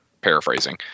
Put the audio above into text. Paraphrasing